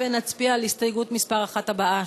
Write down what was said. ונצביע על הסתייגות מס' 1 הבאה,